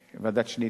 ועדת-שניט,